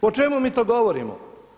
O čemu mi to govorimo?